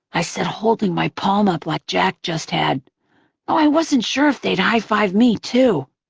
i said, holding my palm up like jack just had, though i wasn't sure if they'd high-five me, too.